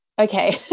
Okay